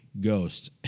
Ghost